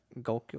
Goku